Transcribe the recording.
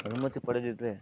ಅನುಮತಿ ಪಡೆದಿದ್ದರೆ